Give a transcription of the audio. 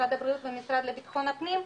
משרד הבריאות ומשרד לביטחון הפנים,